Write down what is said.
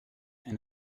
and